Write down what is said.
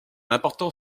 important